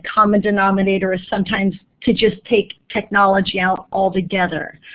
common denominator is sometimes to just take technology out altogether.